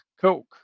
Coke